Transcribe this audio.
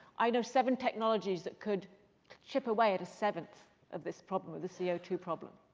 i know seven technologies that could chip away at a seventh of this problem, of the c o two problem.